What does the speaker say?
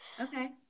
okay